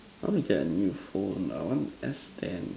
I want to get a new phone I want S ten